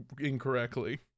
incorrectly